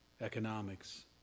economics